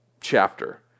chapter